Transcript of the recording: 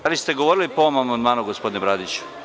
Da li ste govorili po ovom amandmanu, gospodine Bradiću?